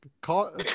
Call